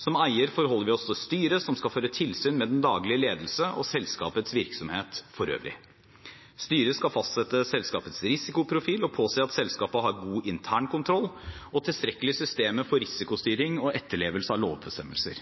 Som eier forholder vi oss til styret, som skal føre tilsyn med daglig ledelse og selskapets virksomhet for øvrig. Styret skal fastsette selskapets risikoprofil og påse at selskapet har god internkontroll og tilstrekkelige systemer for risikostyring og etterlevelse av lovbestemmelser.